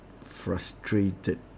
frustrated